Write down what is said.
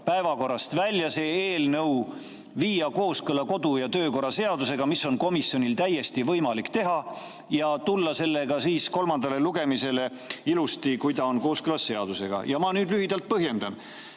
päevakorrast välja, viia see kooskõlla kodu‑ ja töökorra seadusega, mida on komisjonil täiesti võimalik teha, ja tulla sellega kolmandale lugemisele ilusti siis, kui see on kooskõlas seadusega. Ma lühidalt põhjendan,